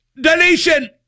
donation